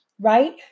right